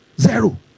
zero